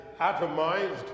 atomized